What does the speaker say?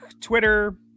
Twitter